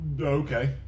okay